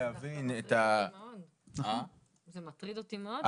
זה מטריד אותי מאוד.